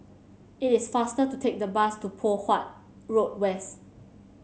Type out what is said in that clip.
it is faster to take the bus to Poh Huat Road West